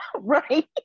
Right